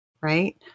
Right